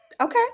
Okay